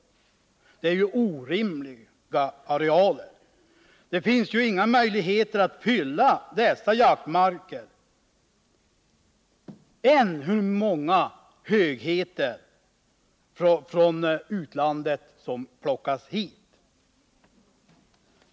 Det är orimliga arealer. Det finns ju inga möjligheter att fylla dessa jaktmarker — hur många högheter från utlandet som än plockas hit.